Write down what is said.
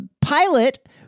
pilot